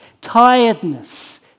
tiredness